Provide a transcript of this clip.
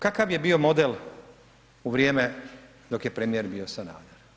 Kakav je bio model u vrijeme dok je premijer bio Sanader?